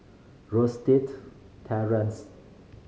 Terrance